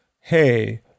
hey